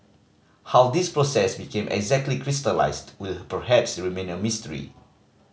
how this process became exactly crystallised will perhaps remain a mystery